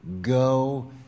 Go